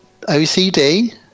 OCD